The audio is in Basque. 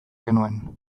genuen